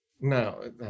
No